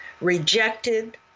rejected